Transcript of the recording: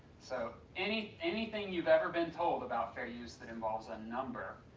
so anything anything you've ever been told about fair use that involves a number,